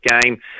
game